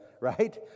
right